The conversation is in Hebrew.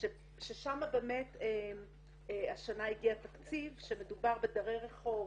ששם באמת השנה הגיע תקציב שמדובר בדרי רחוב,